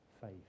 Faith